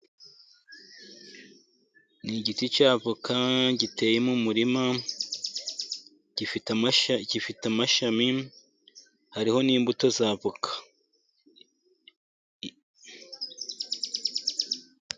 Ni igiti cya voka giteye mu murima gifite amasha, gifite amashyami, hariho n'imbuto za voka.